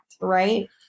right